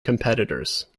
competitors